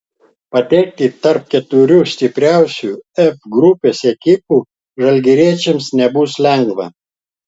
patekti tarp keturių stipriausių f grupės ekipų žalgiriečiams nebus lengva